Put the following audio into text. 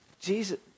Jesus